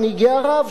מנהיגי ערב,